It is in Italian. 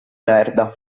merda